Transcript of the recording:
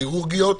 כירורגיות,